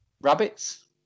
Rabbits